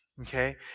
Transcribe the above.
Okay